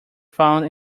found